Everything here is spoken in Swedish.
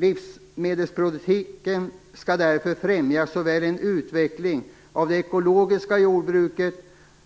Livsmedelspolitiken skall därför främja såväl en utveckling av det ekologiska jordbruket